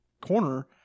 corner